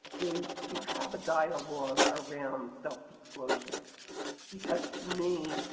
is to have a dialogue around self-disclosure because to me,